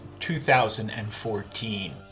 2014